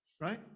right